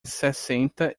sessenta